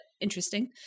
interesting